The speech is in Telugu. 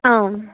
అవును